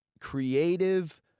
creative